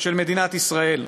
של מדינת ישראל.